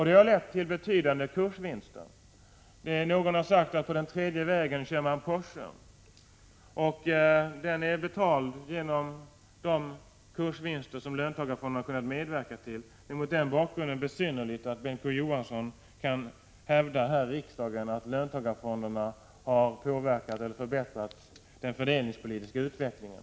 Det har lett till betydande kursvinster. Någon har sagt att man på den tredje vägen kör Porsche, och den är betald genom de kursvinster som löntagarfonder har kunnat medverka till. Det är besynnerligt att Bengt K. Å. Johansson mot den bakgrunden hävdar här i riksdagen att löntagarfonderna har påverkat och förbättrat den fördelningspolitiska utvecklingen.